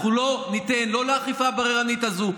אנחנו לא ניתן לאכיפה הבררנית הזו,